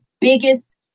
biggest